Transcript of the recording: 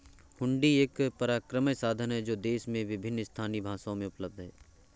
हुंडी एक परक्राम्य साधन है जो देश में विभिन्न स्थानीय भाषाओं में उपलब्ध हैं